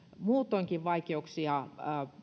muutoinkin vaikeuksia